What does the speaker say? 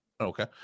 Okay